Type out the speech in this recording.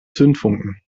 zündfunken